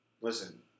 Listen